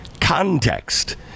context